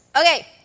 Okay